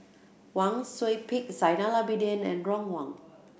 Wang Sui Pick Zainal Abidin and Ron Wong